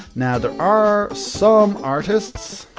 now, there are some artists